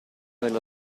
della